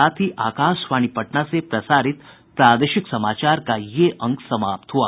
इसके साथ ही आकाशवाणी पटना से प्रसारित प्रादेशिक समाचार का ये अंक समाप्त हुआ